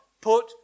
put